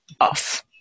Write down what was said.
off